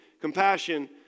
Compassion